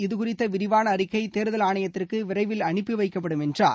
இதுகுறித்த விரிவான அறிக்கை தேர்தல் ஆணையத்திற்கு விரைவில் அனுப்பி வைக்கப்படும் என்றார்